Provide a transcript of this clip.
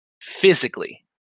physically